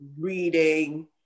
reading